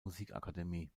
musikakademie